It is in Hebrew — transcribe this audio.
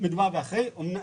נכון.